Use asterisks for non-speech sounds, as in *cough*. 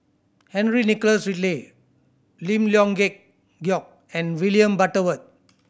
Henry Nicholas Ridley Lim Leong *unintelligible* Geok and William Butterworth